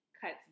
cuts